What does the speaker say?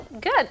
good